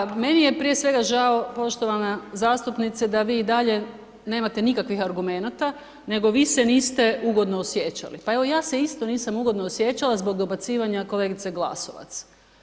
Hvala, pa meni je prije svega žao poštovana zastupnice da vi i dalje nemate nikakvih argumenata, nego vi se niste ugodno osjećali, pa evo ja se isto nisam ugodno osjećala zbog dobacivanja kolegice Glasovac.